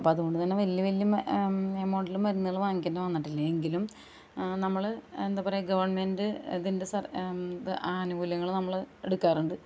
അപ്പോൾ അതുകൊണ്ടുതന്നെ വലിയ വലിയ എമൗണ്ടുകളിൽ മരുന്നുകൾ വാങ്ങിക്കേണ്ടി വന്നിട്ടില്ല എങ്കിലും നമ്മൾ എന്താണ് പറയുക ഗവണ്മെൻറ്റ് ഇതിൻ്റെ സർ ആനുകൂല്യങ്ങൾ നമ്മൾ എടുക്കാറുണ്ട്